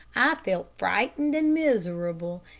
i felt frightened and miserable,